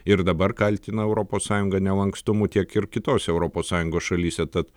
ir dabar kaltina europos sąjungą nelankstumu tiek ir kitose europos sąjungos šalyse tad